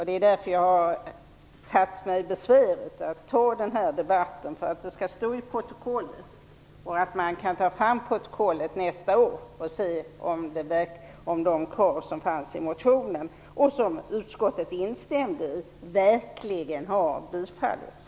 Det är därför jag har tagit mig besväret att ta den här debatten. Det skall stå i protokollet, så att man kan ta fram protokollet nästa år och se om de krav som fanns i motionen och som utskottet instämde i verkligen har tillgodosetts.